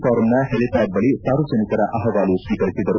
ಫಾರಂನ helipad ಬಳಿ ಸಾರ್ವಜನಿಕರ ಅಹವಾಲು ಸ್ವೀಕರಿಸಿದರು